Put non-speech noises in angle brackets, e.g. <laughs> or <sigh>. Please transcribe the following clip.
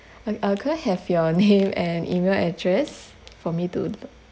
oh uh could I have your name <laughs> and email address for me to